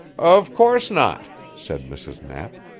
of course not, said mrs. knapp.